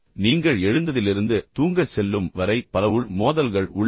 நீங்கள் எழுந்ததிலிருந்து தூங்கச் செல்லும் வரை பல உள் மோதல்கள் உள்ளன